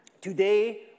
today